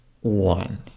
one